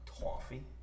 Toffee